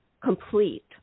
complete